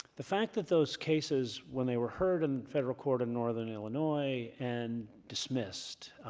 the fact that those cases, when they were heard in federal court in northern illinois and dismissed,